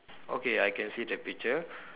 okay I can see the picture